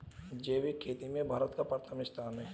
जैविक खेती में भारत का प्रथम स्थान है